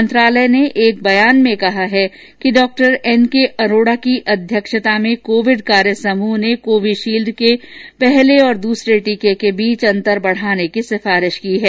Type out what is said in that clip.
मंत्रालय ने एक बयान में कहा हक डॉक्टर एन के अरोडा की अध्यक्षता में कोविड कार्य समूह ने कोविशील्ड के पहले और दूसरे टीके के बीच अंतर बढ़ाने की सिफारिश की है